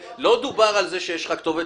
לא דובר על זה שיש לך כתובת